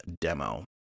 demo